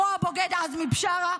כמו הבוגד עזמי בשארה,